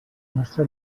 nostra